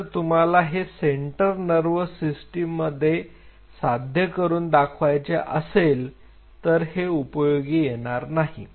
पण जर तुम्हाला हे सेंटर नर्व्हस सिस्टीम मध्ये साध्या करून दाखवायचे असेल तर हे उपयोगी येणार नाही